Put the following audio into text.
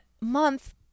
month